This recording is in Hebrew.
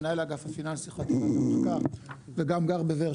מנהל האגף הפיננסי חטיבת המחקר וגם גר בבאר